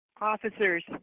officers